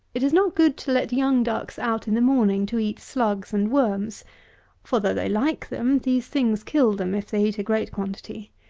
it is not good to let young ducks out in the morning to eat slugs and worms for, though they like them, these things kill them if they eat a great quantity.